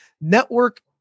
network